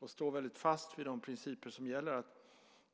Jag står väldigt fast vid de principer som gäller,